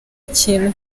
ikintu